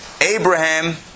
Abraham